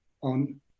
on